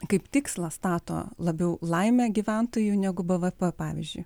kaip tikslą stato labiau laimę gyventojų negu bvp pavyzdžiui